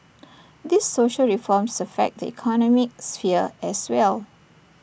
these social reforms affect the economic sphere as well